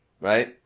right